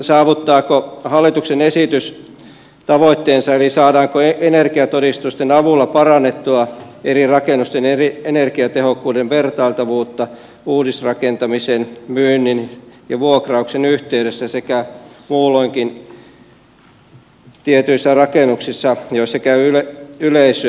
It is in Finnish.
entä saavuttaako hallituksen esitys sitten tavoitteensa eli saadaanko energiatodistusten avulla parannettua eri rakennusten energiatehokkuuden vertailtavuutta uudisrakentamisen myynnin ja vuokrauksen yhteydessä sekä muulloinkin tietyissä rakennuksissa joissa käy yleisöä